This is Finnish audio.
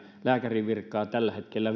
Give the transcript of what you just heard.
lääkärin virkaa tällä hetkellä